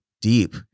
deep